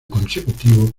consecutivo